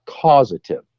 causative